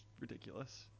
ridiculous